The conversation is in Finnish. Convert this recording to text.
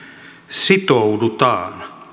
sitoudutaan